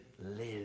live